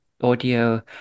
audio